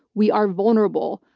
we are vulnerable.